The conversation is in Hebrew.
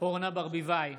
אורנה ברביבאי,